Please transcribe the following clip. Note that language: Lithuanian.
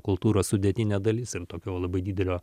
kultūros sudėtinė dalis ir tokio jau labai didelio